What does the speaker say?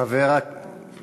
חבר הכנסת בר.